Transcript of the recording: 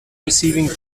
receiving